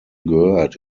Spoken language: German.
gehört